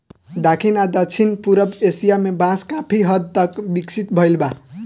दखिन आ दक्षिण पूरब एशिया में बांस काफी हद तक विकसित भईल बा